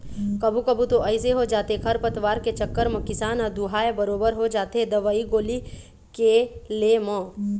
कभू कभू तो अइसे हो जाथे खरपतवार के चक्कर म किसान ह दूहाय बरोबर हो जाथे दवई गोली के ले म